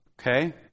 Okay